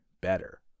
better